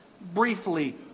briefly